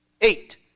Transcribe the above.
Eight